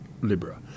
Libra